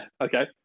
Okay